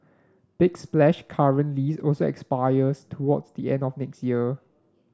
big splash current lease also expires toward the end of next year